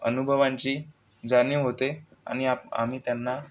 अनुभवांची जाणीव होते आणि आ आम्ही त्यांना